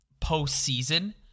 postseason